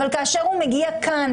ואז לבוא אליך